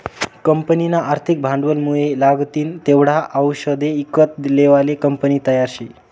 कंपनीना आर्थिक भांडवलमुये लागतीन तेवढा आवषदे ईकत लेवाले कंपनी तयार शे